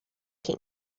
king